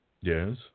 Yes